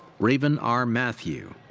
raven r. mathew.